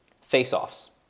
face-offs